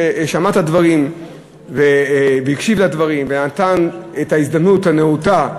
ששמע את הדברים והקשיב לדברים ונתן את ההזדמנות הנאותה,